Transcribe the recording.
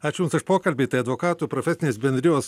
ačiū jums už pokalbį tai advokatų profesinės bendrijos